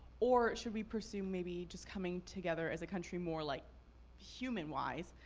or should we pursue maybe just coming together as a country more like human-wise,